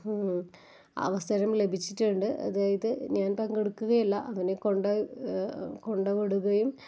അവസരം ലഭിച്ചിട്ടുണ്ട് അതായത് ഞാന് പങ്കെടുക്കുകയില്ല അവനെക്കൊണ്ട് കൊണ്ടുവിടുകയും